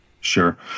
Sure